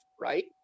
right